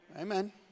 Amen